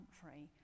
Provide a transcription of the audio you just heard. country